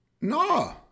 No